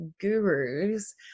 gurus